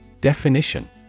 Definition